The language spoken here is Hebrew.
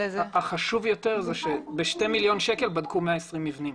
חשוב יותר שב-2,000,000 שקלים בדקו 120 מבנים.